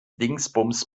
dingsbums